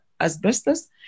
asbestos